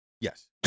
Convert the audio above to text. Yes